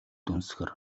дүнсгэр